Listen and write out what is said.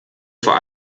vor